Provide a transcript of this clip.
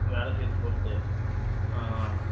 வேலை செய்யுறது பொருத்து ஆஆ